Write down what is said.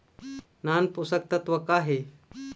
नान पोषकतत्व का हे?